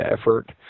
effort